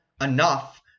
enough